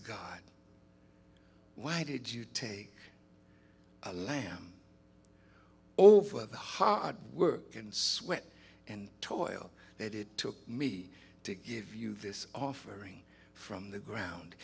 god why did you take a lamb over the hard work and sweat and toil that it took me to give you this offering from the ground